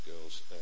girls